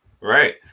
Right